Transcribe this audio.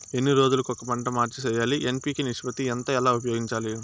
ఎన్ని రోజులు కొక పంట మార్చి సేయాలి ఎన్.పి.కె నిష్పత్తి ఎంత ఎలా ఉపయోగించాలి?